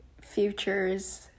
futures